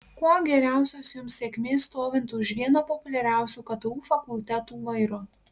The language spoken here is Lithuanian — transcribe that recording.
kuo geriausios jums sėkmės stovint už vieno populiariausių ktu fakultetų vairo